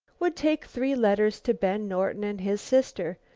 would take three letters to ben norton and his sister,